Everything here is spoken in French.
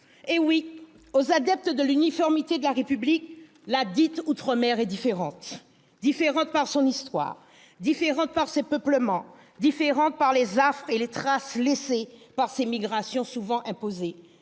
déplaise aux adeptes de l'uniformité de la République, ladite outre-mer est différente ! Différente par son histoire, différente par ses peuplements, différente par les affres et les traces laissées par ses migrations souvent imposées,